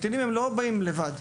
קטינים לא באים לבד,